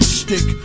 stick